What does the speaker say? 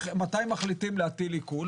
מתי מחליטים להטיל עיקול?